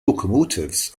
locomotives